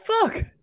fuck